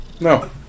No